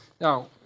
Now